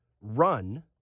run